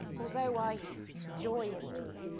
although i joy in thee,